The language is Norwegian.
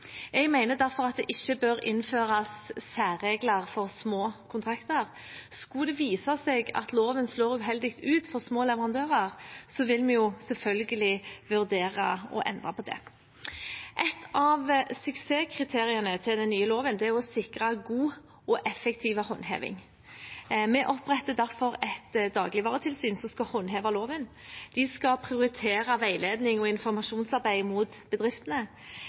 Jeg mener derfor at det ikke bør innføres særregler for små kontrakter. Skulle det vise seg at loven slår uheldig ut for små leverandører, vil vi selvfølgelig vurdere å endre på det. Et av suksesskriteriene til den nye loven er å sikre god og effektiv håndheving. Vi oppretter derfor et dagligvaretilsyn som skal håndheve loven. De skal prioritere veiledning og informasjonsarbeid mot bedriftene.